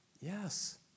Yes